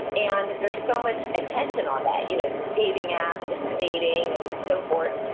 and there's so much attention on that, you know, through dating apps, and dating, and so forth,